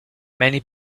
many